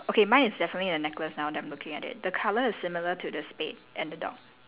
okay mine is definitely a necklace now that I'm looking at it the colour is similar to the spade and the dog